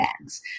banks